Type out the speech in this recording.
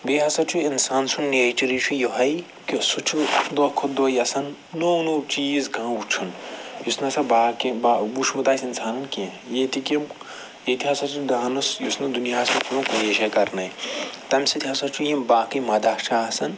بیٚیہِ ہَسا چھُ اِنسان سُنٛد نیچرٕے چھُ یِہوٚے کہِ سُہ چھُ دۄہ کھۄ دۄہ یژھان نو نو چیٖز کانٛہہ وٕچھُن یُس نَہ سا باقی وٕچھمُت آسہِ اِنسانَن کیٚنٛہہ ییٚتِکۍ یِم ییٚتہِ ہسا چھِ ڈانٕس یُس نہٕ دُنیاہس منٛز کُنی جایہِ کرنَے تَمہِ سۭتۍ ہَسا چھُ یِم باقٕے مداہ چھِ آسان